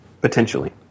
Potentially